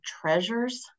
treasures